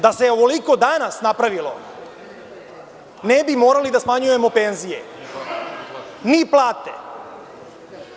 Da se ovoliko danas napravilo ne bi morali da smanjujemo penzije ni plate.